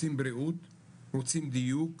רוצים בריאות, רוצים דיוק,